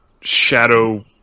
shadow